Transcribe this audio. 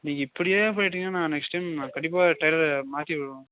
நீங்கள் இப்படியே போய்கிட்ருந்தீங்கன்னா நான் நெக்ஸ்ட் டைம் நான் கண்டிப்பாக வேறு டெய்லரை மாற்றிருவேன்